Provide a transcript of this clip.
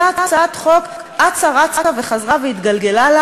אותה הצעת חוק אצה רצה וחזרה והתגלגלה לה